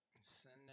Send